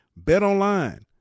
BetOnline